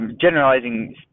Generalizing